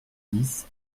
dix